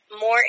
more